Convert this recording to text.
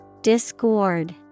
Discord